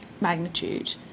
magnitude